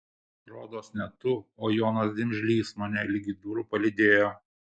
rodos ne tu o jonas dimžlys mane ligi durų palydėjo